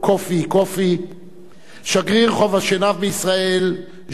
שגריר חוף-השנהב בישראל ג'אן באפטיסט גומי,